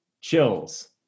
Chills